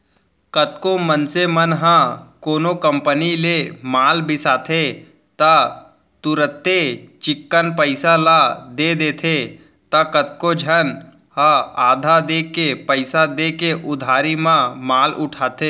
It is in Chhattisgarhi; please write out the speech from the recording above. कतको मनसे मन ह कोनो कंपनी ले माल बिसाथे त तुरते चिक्कन पइसा ल दे देथे त कतको झन ह आधा देके पइसा देके उधारी म माल उठाथे